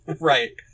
right